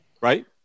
Right